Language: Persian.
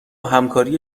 همکاری